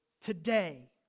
today